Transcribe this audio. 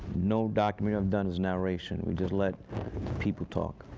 no documentary i've done is narration. we just let people talk.